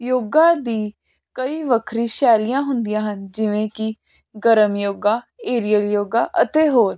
ਯੋਗਾ ਦੀ ਕਈ ਵੱਖਰੀ ਸ਼ੈਲੀਆਂ ਹੁੰਦੀਆਂ ਹਨ ਜਿਵੇਂ ਕਿ ਗਰਮ ਯੋਗਾ ਏਰੀਅਲ ਯੋਗਾ ਅਤੇ ਹੋਰ